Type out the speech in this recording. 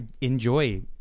enjoy